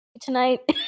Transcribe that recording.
tonight